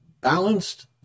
balanced